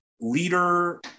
leader